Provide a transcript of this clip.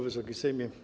Wysoki Sejmie!